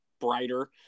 brighter